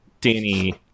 Danny